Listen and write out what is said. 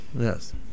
Yes